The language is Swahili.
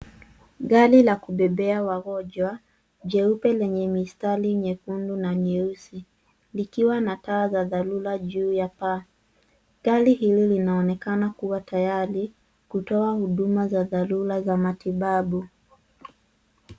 Gari la kubebea wagonjwa, jeupe lenye mistari nyekundu na nyeusi, likiwa na taa la dharura juu ya paa. Gari hili linaonekana kuwa tayari kutoa huduma za dharura za matibabu.